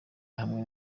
hamwe